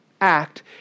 act